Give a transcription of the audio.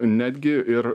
netgi ir